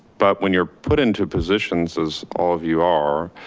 but when you're put into positions, as all of you are,